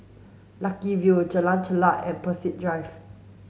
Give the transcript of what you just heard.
Lucky View Jalan Chulek and Peirce Drive